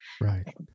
Right